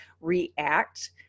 react